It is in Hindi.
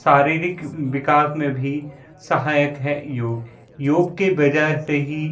शारीरिक विकास में भी सहायक है योग योग के वजह से ही